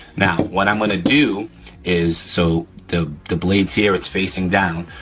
now what i'm gonna do is, so the the blades here it's facing down,